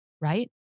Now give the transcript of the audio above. Right